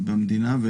במדינה.